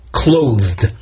clothed